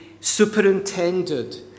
superintended